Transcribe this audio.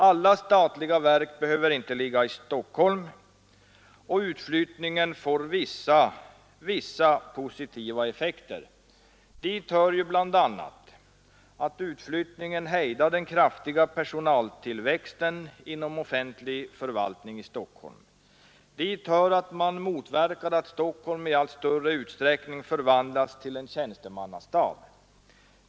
Alla statliga verk behöver inte ligga i Stockholm! Utflyttningen får vissa positiva effekter. Dit hör bl.a. att utflyttningarna hejdar den kraftiga personaltillväxten inom offentlig förvaltning i Stockholm. Dit hör vidare att man motverkar att Stockholm i allt större utsträckning förvandlas till en tjänstemannastad.